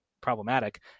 problematic